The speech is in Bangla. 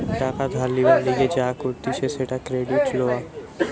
টাকা ধার লিবার লিগে যা করতিছে সেটা ক্রেডিট লওয়া